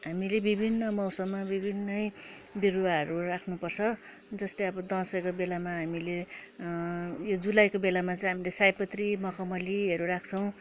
हामीले विभिन्न मौसममा विभिन्नै बिरुवाहरू राख्नुपर्छ जस्तै अब दसैँको बेलामा हामीले जुलाईको बेलामा चाहिँ हामीले सयपत्रि मखमलीहरू राख्छौँ